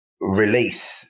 release